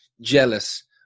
jealous